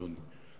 אדוני.